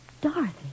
Dorothy